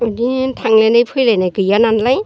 बिदिनो थांलायनाय फैलायनाय गैयानालाय